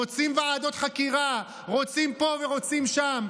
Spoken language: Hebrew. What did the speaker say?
רוצים ועדות חקירה, רוצים פה ורוצים שם.